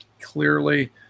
clearly